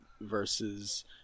versus